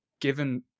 given